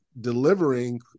delivering